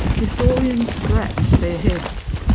historians scratch their heads.